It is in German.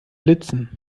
blitzen